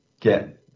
get